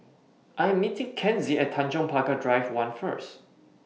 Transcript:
I Am meeting Kenzie At Tanjong Pagar Drive one First